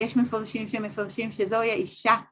יש מפרשים שמפרשים שזוהי האישה.